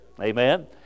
Amen